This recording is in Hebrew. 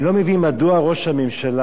אני לא מבין מדוע ראש הממשלה,